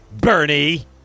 Bernie